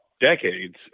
decades